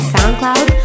SoundCloud